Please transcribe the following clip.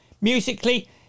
musically